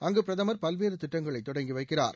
அங்கு பிரதமர் பல்வேறு திட்டங்களை தொடங்கி வைக்கிறார்